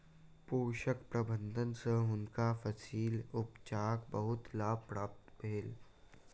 पोषक प्रबंधन सँ हुनका फसील उपजाक बहुत लाभ प्राप्त भेलैन